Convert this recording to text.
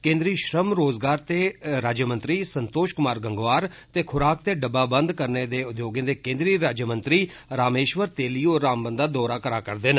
केन्द्रीय श्रम रोज़गार दे राज्यमंत्री संतोष कुमार घंघवार ते खुराक ते डिब्बा बंद करने दे उद्योगें दे केन्द्रीय राज्यमंत्री रामेश्वर तेली होर रामबन दा दौरा करा करदे न